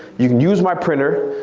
you can use my printer.